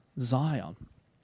Zion